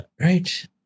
Right